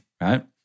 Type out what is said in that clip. right